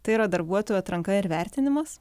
tai yra darbuotojų atranka ir vertinimas